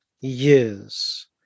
years